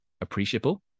appreciable